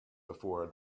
before